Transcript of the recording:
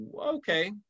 okay